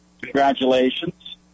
Congratulations